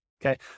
Okay